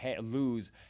lose